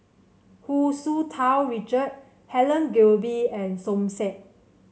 Hu Tsu Tau Richard Helen Gilbey and Som Said